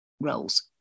roles